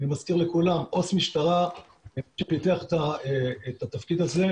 אני מזכיר לכולם עו"ס משטרה פיתח את התפקיד הזה,